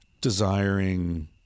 desiring